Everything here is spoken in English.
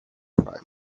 primary